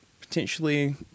potentially